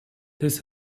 this